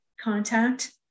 contact